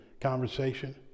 conversation